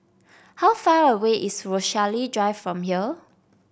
how far away is Rochalie Drive from here